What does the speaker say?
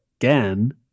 again